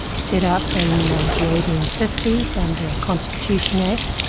set up in the eighteen fifty s under a constitution act,